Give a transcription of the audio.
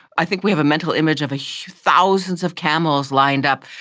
i think we have a mental image of ah thousands of camels lined up,